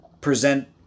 present